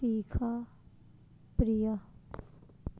Shikha Priya